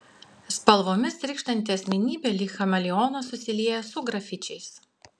spalvomis trykštanti asmenybė lyg chameleonas susilieja su grafičiais